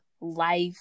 life